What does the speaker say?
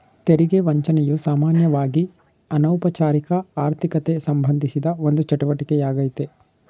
ತೆರಿಗೆ ವಂಚನೆಯು ಸಾಮಾನ್ಯವಾಗಿಅನೌಪಚಾರಿಕ ಆರ್ಥಿಕತೆಗೆಸಂಬಂಧಿಸಿದ ಒಂದು ಚಟುವಟಿಕೆ ಯಾಗ್ಯತೆ